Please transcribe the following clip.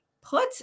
put